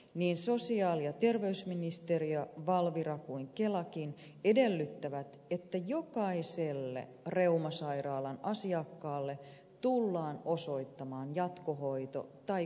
niin sosiaali ja terveysministeriö valvira kuin kelakin edellyttävät että jokaiselle reumasairaalan asiakkaalle tullaan osoittamaan jatkohoito tai kuntoutussuunnitelma